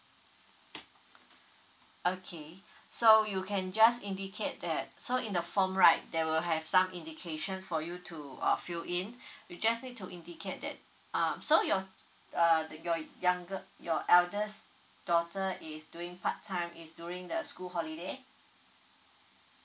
okay so you can just indicate that so in the form right there will have some indications for you to uh fill in you just need to indicate that uh so your uh your younger your eldest daughter is doing part time is during the school holiday